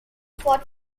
fought